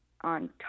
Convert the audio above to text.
on